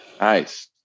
Nice